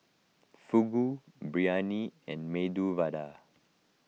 Fugu Biryani and Medu Vada